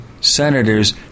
senators